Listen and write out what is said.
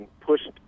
pushed